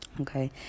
Okay